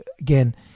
again